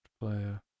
player